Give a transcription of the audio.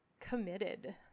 committed